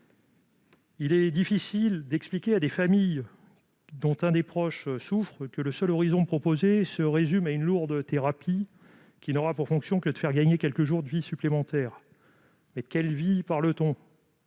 Il est difficile d'expliquer à des familles dont un membre souffre que le seul horizon proposé se résume à une lourde thérapie n'ayant pour fonction que de faire gagner quelques jours de vie supplémentaires. Car de quelle vie parle-t-on ?